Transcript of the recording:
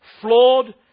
flawed